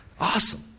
Awesome